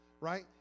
right